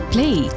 Play